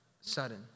sudden